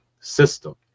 system